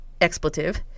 expletive